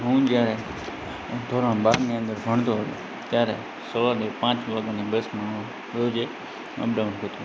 હું જ્યારે ધોરણ બારની અંદર ભણતો ત્યારે સવારની પાંચ વાગ્યાની બસમાં હું રોજે અબડાઉન કરતો